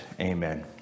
Amen